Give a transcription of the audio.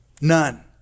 None